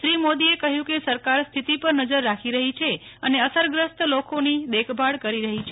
શ્રી મોદીએ કહ્યું કે સરકાર સ્થિતિ પર નજર રાખી રહી છે અને અસરગ્રસ્ત લોકોની દેખભાળ કરી રહી છે